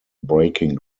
breaking